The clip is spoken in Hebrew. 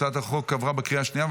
הצעת החוק עברה בקריאה השנייה,